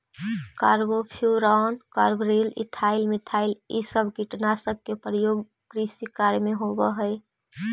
carbofuran, carbaryl, ethylene, methylene इ सब कीटनाशक के प्रयोग कृषि कार्य में होवऽ हई